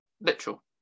literal